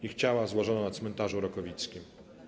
Ich ciała złożono na cmentarzu Rakowickim.